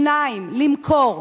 שתיים למכור